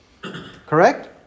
Correct